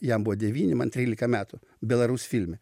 jam buvo devyni man trylika metų belarus filme